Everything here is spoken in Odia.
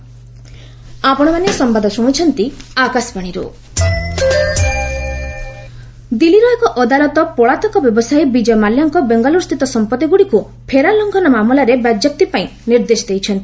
କୋର୍ଟ ମାଲ୍ୟା ଦିଲ୍ଲୀର ଏକ ଅଦାଲତ ପଳାତକ ବ୍ୟବସାୟୀ ବିଜୟ ମାଲ୍ୟାଙ୍କ ବେଙ୍ଗାଲ୍ରୁସ୍ଥିତ ସମ୍ପଭିଗୁଡ଼ିକୁ ଫେରା ଲଙ୍ଘନ ମାମଲାରେ ବାଜ୍ୟାପ୍ତି ପାଇଁ ନିର୍ଦ୍ଦେଶ ଦେଇଛନ୍ତି